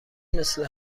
مثل